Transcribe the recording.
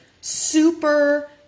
super